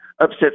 upset